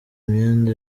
myenda